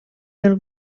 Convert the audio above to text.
del